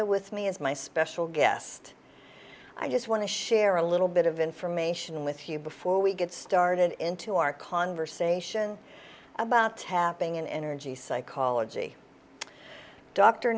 a with me as my special guest i just want to share a little bit of information with you before we get started into our conversation about tapping in energy psychology dr